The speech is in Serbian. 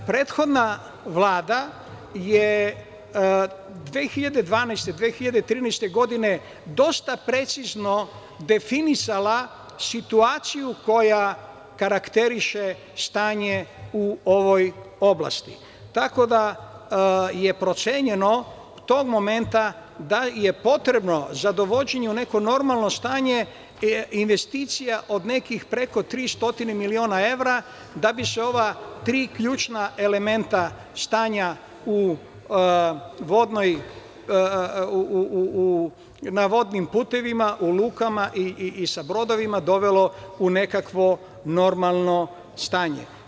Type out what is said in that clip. Prethodna Vlada je 2012, 2013. godine dosta precizno definisala situaciju koja karakteriše stanje u ovoj oblasti, tako da je procenjeno tog momenta da je potrebno za dovođenje u neko normalno stanje investicija od 300 miliona evra da bi se ova tri ključna elementa stanje na vodnim putevima, u lukama i sa brodovima dovelo u nekakvo normalno stanje.